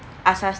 ask us